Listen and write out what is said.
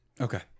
okay